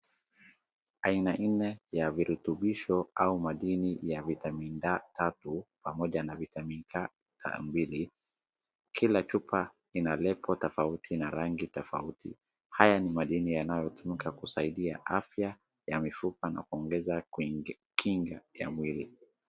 Aina nne ya virutubisho au madini ya vitamini D tatu pamoja na Vitamin K mbili. Kila chupa ina label tofauti na rangi tofauti. Haya ni madini yanayotumika kusaidia afya ya mifupa na kuongeza kinga ya mwili.